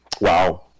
Wow